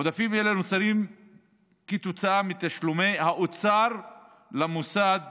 עודפים אלה נוצרים כתוצאה מתשלומי האוצר למוסד